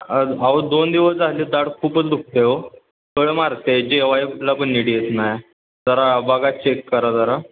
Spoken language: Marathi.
आज अहो दोन दिवस झाले दाढ खूपच दुखते आहे हो कळ मारते जेवायला पण निट येत नाही जरा बघा चेक करा जरा